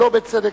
שלא בצדק,